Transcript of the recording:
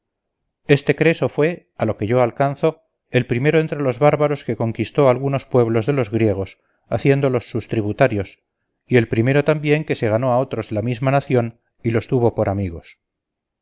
este creso fue a lo que yo alcanzo el primero entre los bárbaros que conquistó algunos pueblos de los griegos haciéndolos sus tributarios y el primero también que se ganó a otros de la misma nación y los tuvo por amigos